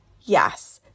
Yes